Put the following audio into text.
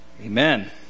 Amen